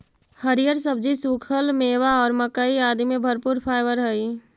हरिअर सब्जि, सूखल मेवा और मक्कइ आदि में भरपूर फाइवर हई